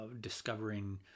discovering